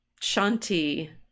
Shanti